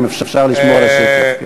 אם אפשר לשמור על השקט.